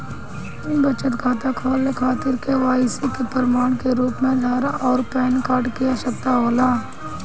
बचत खाता खोले खातिर के.वाइ.सी के प्रमाण के रूप में आधार आउर पैन कार्ड की आवश्यकता होला